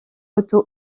auto